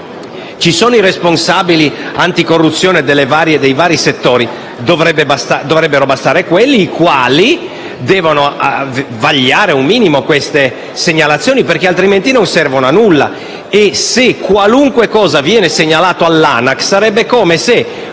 Ci sono i responsabili anticorruzione dei vari settori e dovrebbero bastare quelli, i quali devono vagliare un minimo le segnalazioni, perché altrimenti non servono a nulla. Ipotizzare che qualunque cosa debba essere segnalata all'ANAC sarebbe come